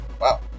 Wow